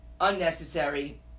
unnecessary